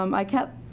um i kept,